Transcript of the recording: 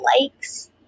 likes